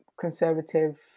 conservative